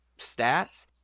stats